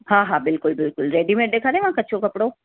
हा हा बिल्कुलु बिल्कुलु रेडीमेड ॾेखारियां या कचो कपिड़ो